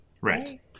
Right